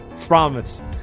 Promise